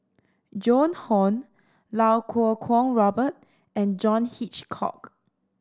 Joan Hon Iau Kuo Kwong Robert and John Hitchcock